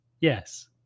yes